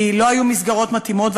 כי לא היו מסגרות מתאימות,